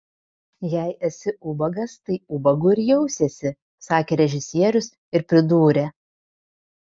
jei esi ubagas tai ubagu ir jausiesi sakė režisierius ir pridūrė